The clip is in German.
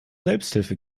selbsthilfe